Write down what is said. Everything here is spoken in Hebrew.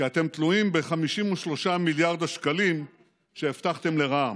כי אתם תלויים ב-53 מיליארד השקלים שהבטחתם לרע"מ.